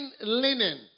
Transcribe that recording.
linen